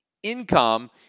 income